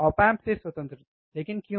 op amp से स्वतंत्र लेकिन क्यों